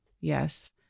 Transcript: Yes